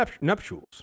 nuptials